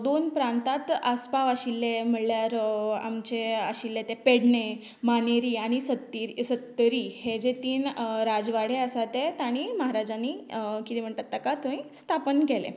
दोन प्रांतात आस्पाव आशिल्लें म्हणल्यार आमचें आशिल्लें तें पेडणे मानेरी आनी सतेरी सत्तरी हें जें तीन राजवाडे आसात तें तांणी महाराज्यानी कितें म्हणटात ताका थंय स्थापन केलें